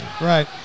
Right